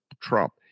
Trump